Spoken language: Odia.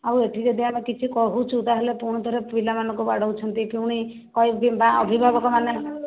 ଆଉ ଏଠି ଯଦି ଆମେ କିଛି କହୁଛୁ ତାହେଲେ ପୁଣି ଥରେ ପିଲାମାନଙ୍କୁ ବାଡ଼ଉଛନ୍ତି ପୁଣି କହିବି କିମ୍ବା ଅଭିଭାବକମାନେ